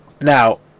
Now